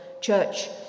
church